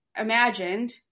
imagined